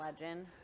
legend